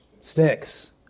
sticks